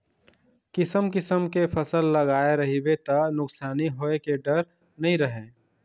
किसम किसम के फसल लगाए रहिबे त नुकसानी होए के डर नइ रहय